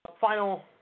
final